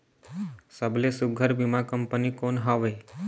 सबले सुघ्घर बीमा कंपनी कोन हवे?